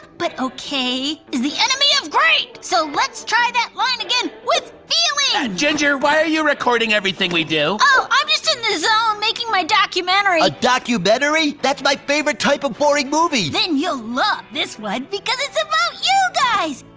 but okay is the enemy of great. so let's try that line again with feeling. ginger, why are you recording everything we do? oh, i'm just in the zone making my documentary. a documentary? that's my favorite type of boring movie! then you'll love this one because it's about you guys,